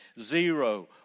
Zero